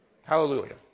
Hallelujah